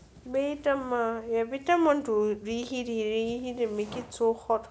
wait அம்மா:amma later when you want to reheat reheat and make it so hot